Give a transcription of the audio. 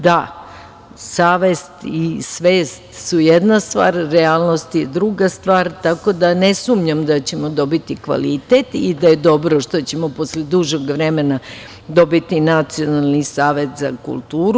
Da, savest i svest su jedna stvar, realnost je druga stvar, tako da ne sumnjam da ćemo dobiti kvalitet i da je dobro što ćemo posle dužeg vremena dobiti Nacionalni savet za kulturu.